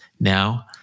Now